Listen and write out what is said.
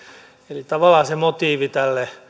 eli tavallaan se motiivi tälle